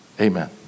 Amen